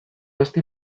ezti